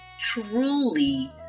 truly